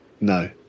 No